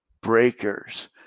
breakers